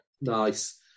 nice